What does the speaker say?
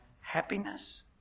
happiness